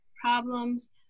problems